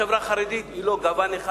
החברה החרדית היא לא גוון אחד.